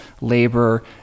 labor